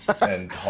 and-